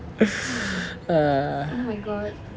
err